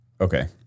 Okay